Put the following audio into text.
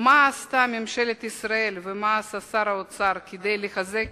מה עשתה ממשלת ישראל ומה עשה שר האוצר כדי לחזק